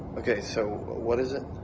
okay, so what is it?